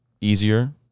easier